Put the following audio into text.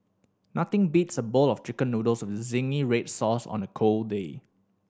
nothing beats a bowl of Chicken Noodles with zingy red sauce on a cold day